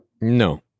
No